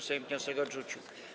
Sejm wniosek odrzucił.